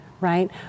right